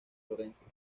florencia